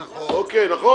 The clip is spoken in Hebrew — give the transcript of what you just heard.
נכון?